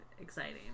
exciting